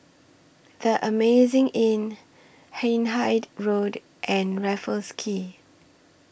The Amazing Inn Hindhede Road and Raffles Quay